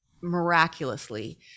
miraculously